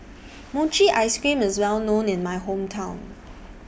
Mochi Ice Cream IS Well known in My Hometown